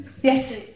yes